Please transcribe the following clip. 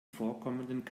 vorkommenden